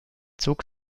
zog